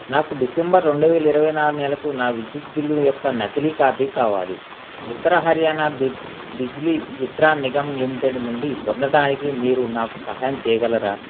నాకు డిసెంబర్ రెండు వేల ఇరవై నాలుగు నెలకు నా విద్యుత్ బిల్లు యొక్క నకిలీ కాపీ కావాలి ఉత్తర హర్యానా బిజ్లీ విట్రాన్ నిగమ్ లిమిటెడ్ నుండి పొందటానికి మీరు నాకు సహాయం చేయగలరా